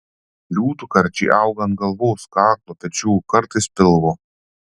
liūtų karčiai auga ant galvos kaklo pečių kartais pilvo